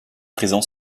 présent